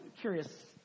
curious